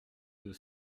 deux